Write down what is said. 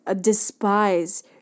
despise